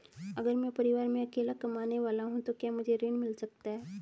अगर मैं परिवार में अकेला कमाने वाला हूँ तो क्या मुझे ऋण मिल सकता है?